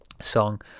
song